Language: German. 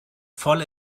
voll